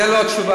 זאת לא תשובה,